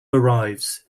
arrives